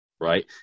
right